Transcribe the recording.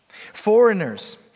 Foreigners